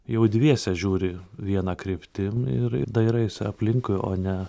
jau dviese žiūri viena kryptim ir dairaisi aplinkui o ne